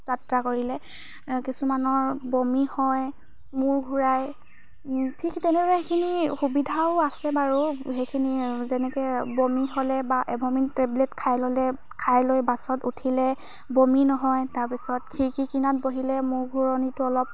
যাত্ৰা কৰিলে কিছুমানৰ বমি হয় মূৰ ঘূৰায় ঠিক তেনেদৰে সেইখিনি সুবিধাও আছে বাৰু সেইখিনি যেনেকৈ বমি হ'লে বা এভমিন টেবলেট খাই ল'লে খাই লৈ বাছত উঠিলে বমি নহয় তাৰ পিছত খিৰিকিৰ কিনাৰত বহিলে মূৰ ঘূৰণিটো অলপ